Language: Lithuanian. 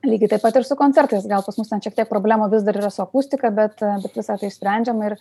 lygiai taip pat ir su koncertais gal pas mus ten šiek tiek problemų vis dar yra su akustika bet bet visa tai išsprendžiama ir